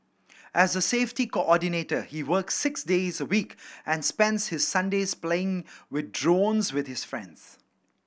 as a safety coordinator he works six days a week and spends his Sundays playing with drones with his friends